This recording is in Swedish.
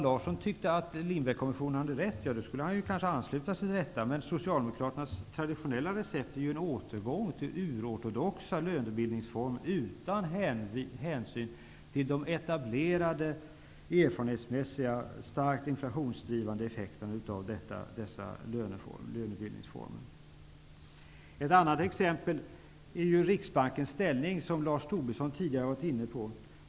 Lindbeckkommissionen har rätt, borde han ansluta sig till dess förslag, men Socialdemokraternas traditionella recept är ju en återgång till urortodoxa lönebildningsformer, utan hänsyn till de etablerade, erfarenhetsmässigt starkt inflationsdrivande effekterna av dessa lönebildningsformer. Ett annat exempel är Riksbankens ställning, som Lars Tobisson tidigare varit inne på.